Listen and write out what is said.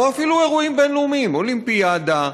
או אפילו אירועים בין-לאומיים: אולימפיאדה,